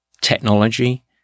technology